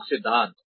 प्रमुख सिद्धांत